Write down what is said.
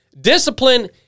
Discipline